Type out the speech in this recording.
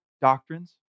doctrines